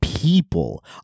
people